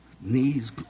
Knees